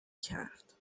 کرد